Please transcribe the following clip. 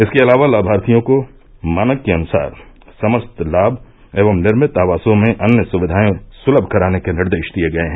इसके अलावा लाभार्थियों को मानक के अनुसार समस्त लाभ एवं निर्मित आवासों में अन्य सुविधाएं सुलभ कराने के निर्देश दिये गये हैं